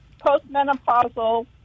postmenopausal